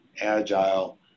agile